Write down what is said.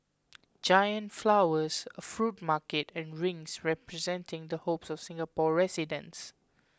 giant flowers a fruit market and rings representing the hopes of Singapore residents